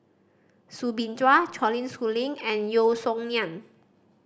Soo Bin Chua Colin Schooling and Yeo Song Nian